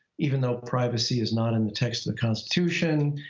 even though privacy is not in the text of the constitution,